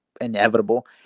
inevitable